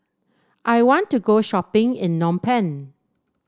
I want to go shopping in Phnom Penh